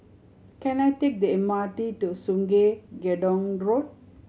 can I take the M R T to Sungei Gedong Road